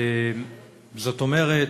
זאת אומרת,